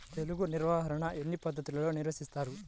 తెగులు నిర్వాహణ ఎన్ని పద్ధతుల్లో నిర్వహిస్తారు?